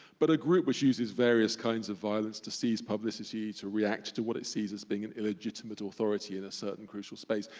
but a group which uses various kinds of violence to seize publicity, to react to what it sees as being an illegitimate authority in a certain crucial space,